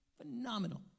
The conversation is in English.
phenomenal